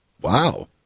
Wow